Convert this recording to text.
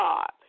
God